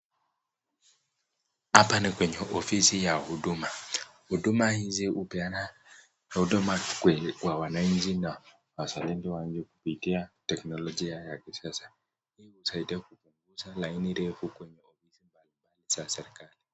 Hapa ni kwenye ofisi ya huduma. Huduma hizi hupeana huduma kweli kwa wananchi na wazalendo wa nchi kupitia teknolojia ya kisasa. Hii inasaidia kupunguza laini ndefu kwenye ofisi za serekali.